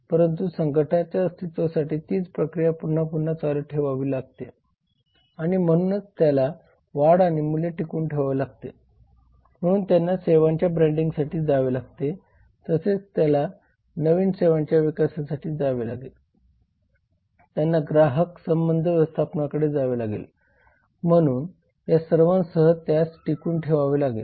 परंतु संघटनांच्या अस्तित्वासाठी तीच प्रक्रिया पुन्हा पुन्हा चालू ठेवावी लागते आणि म्हणूनच त्याला वाढ आणि मूल्य टिकवून ठेवावे लागते म्हणून त्यांना सेवांच्या ब्रँडिंगसाठी जावे लागते तसेच त्याला नवीन सेवांच्या विकासासाठी जावे लागेल त्यांना ग्राहक संबंध व्यवस्थापनाकडे जावे लागेल म्हणून या सर्वांसह त्यास सेवा टिकून ठेवावी लागेल